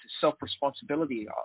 self-responsibility